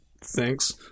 thanks